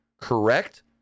correct